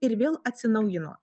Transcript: ir vėl atsinaujino